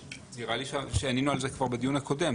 נראה לי שענינו על זה כבר בדיון הקודם,